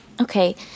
Okay